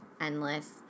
endless